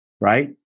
right